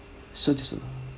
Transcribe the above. so